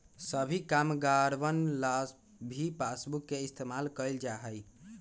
सभी कामगारवन ला भी पासबुक के इन्तेजाम कइल जा हई